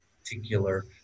particular